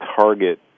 target